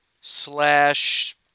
Slash